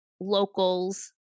locals